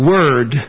Word